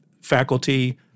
faculty